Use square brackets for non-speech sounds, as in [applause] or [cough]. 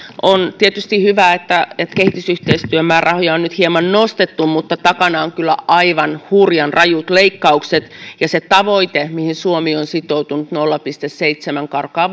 on tietysti hyvä että kehitysyhteistyömäärärahoja on nyt hieman nostettu muta takana on kyllä aivan hurjan rajut leikkaukset ja se tavoite mihin suomi on sitoutunut nolla pilkku seitsemän karkaa [unintelligible]